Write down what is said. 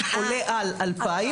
עולה על 2,000,